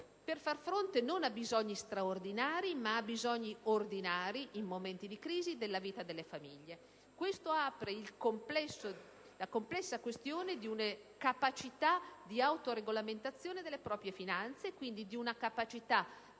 per far fronte non a bisogni straordinari, ma a bisogni ordinari in momenti di crisi della vita delle famiglie. Si pone pertanto la complessa questione della capacità di autoregolamentazione delle proprie finanze e della capacità di leggere la gestione del proprio bilancio